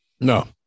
No